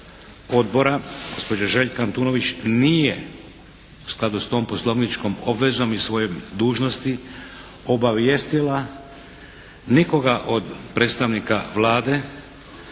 Odbora gospođa Željka Antunović nije u skladu s tom poslovničkom obvezom i svojom dužnosti obavijestila nikoga od predstavnika Vlade